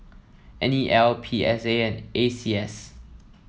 N E L P S A and A C S